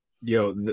Yo